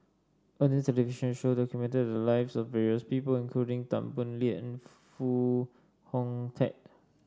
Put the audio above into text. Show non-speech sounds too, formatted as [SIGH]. [UNINTELLIGIBLE] television show documented the lives of various people including Tan Boo Liat and Foo Hong Tatt